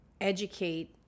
educate